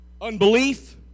unbelief